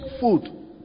food